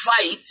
fight